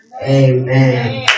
amen